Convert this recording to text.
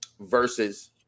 versus